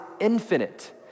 infinite